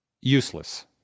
Useless